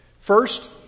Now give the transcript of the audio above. First